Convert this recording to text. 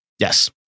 Yes